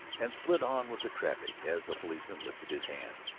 and slid on with the traffic as the policeman lifted his hand.